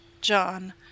John